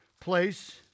place